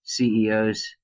CEO's